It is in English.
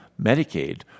Medicaid